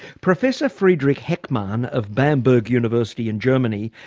professor friedrich heckmann, of bamberg university in germany,